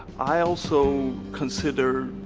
i also consider,